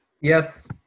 yes